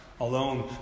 alone